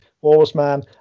Warsman